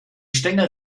stängel